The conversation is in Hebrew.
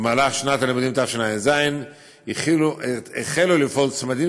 בשנת הלימודים תשע"ז החלו לפעול צמדים